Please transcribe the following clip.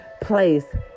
place